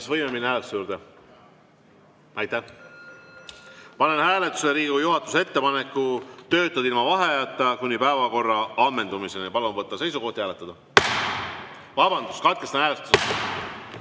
Kas võime minna hääletuse juurde? Aitäh! Panen hääletusele Riigikogu juhatuse ettepaneku töötada ilma vaheajata kuni päevakorra ammendumiseni. Palun võtta seisukoht ja hääletada! Vabandust! Katkestan hääletuse.